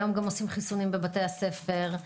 גם היום עושים חיסונים בבתי הספר.